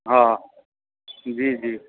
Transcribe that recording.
हा जी जी